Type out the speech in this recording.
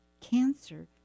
cancer